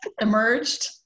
emerged